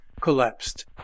collapsed